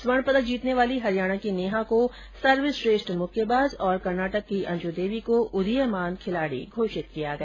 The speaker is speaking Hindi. स्वर्ण पदक जीतने वाली हरियाणा की नेहा को सर्वश्रेष्ठ मुक्केबाज और कर्नाटक की अंज देवी को उदीयमान खिलाडी घोषित किया गया